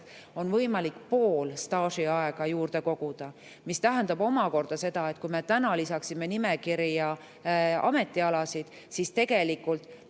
on võimalik pool staažiaega juurde koguda. See tähendab omakorda seda, et kui me täna lisaksime nimekirja ametialasid, siis tegelikult